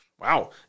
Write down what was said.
Wow